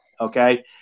okay